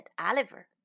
Oliver